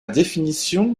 définition